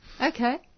Okay